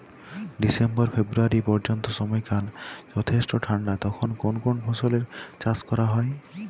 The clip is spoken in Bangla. ডিসেম্বর ফেব্রুয়ারি পর্যন্ত সময়কাল যথেষ্ট ঠান্ডা তখন কোন কোন ফসলের চাষ করা হয়?